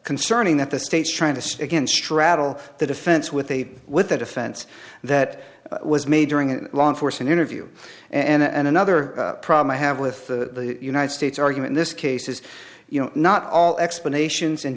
concerning that the state's trying to again straddle the defense with the with the defense that was made during law enforcement interview and another problem i have with the united states argument this case is you know not all explanations and